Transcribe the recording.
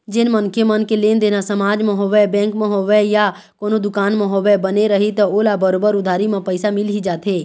जेन मनखे मन के लेनदेन ह समाज म होवय, बेंक म होवय या कोनो दुकान म होवय, बने रइही त ओला बरोबर उधारी म पइसा मिल ही जाथे